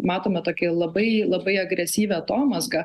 matome tokią labai labai agresyvią atomazgą